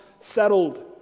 settled